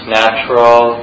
natural